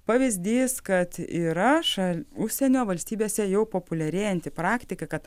pavyzdys kad yra šal užsienio valstybėse jau populiarėjanti praktika kad